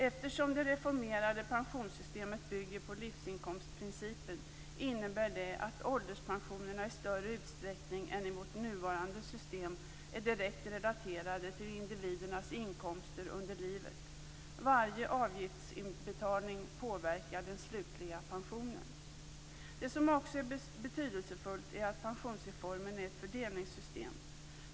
Eftersom det reformerade pensionssystemet bygger på livsinkomstprincipen innebär det att ålderspensionerna i större utsträckning än i vårt nuvarande system är direkt relaterade till individernas inkomster under livet. Varje avgiftsinbetalning påverkar den slutliga pensionen. Det som också är betydelsefullt är att pensionsreformen är ett fördelningssystem.